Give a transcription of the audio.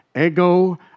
Ego